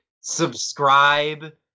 subscribe